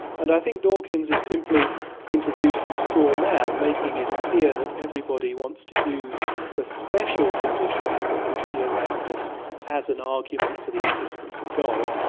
and i think dawkins is simply introducing a straw man, making it appear that everybody wants to use the special conditions that we see around us as an argument for the existence of god,